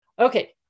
Okay